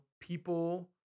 people